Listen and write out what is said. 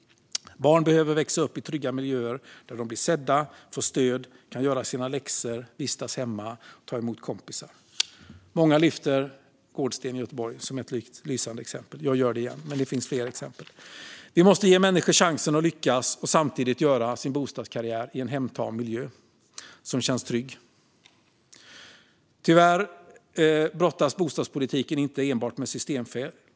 Barn behöver växa upp i trygga miljöer där de blir sedda, får stöd och kan göra sina läxor, vistas hemma och ta hem kompisar. Många lyfter Gårdsten i Göteborg som ett lysande exempel. Jag gör det igen, men det finns fler exempel. Vi måste ge människor chansen att lyckas och samtidigt göra bostadskarriär i en hemtam miljö som känns trygg. Tyvärr brottas bostadspolitiken inte enbart med systemfel.